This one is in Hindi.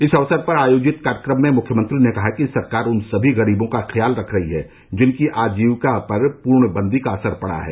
इस अवसर पर आयोजित कार्यक्रम में मुख्यमंत्री ने कहा कि सरकार उन सभी गरीबों का ख्याल रख रही है जिनकी आजीविका पर पूर्ण बन्दी का असर पड़ा है